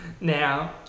Now